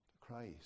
Christ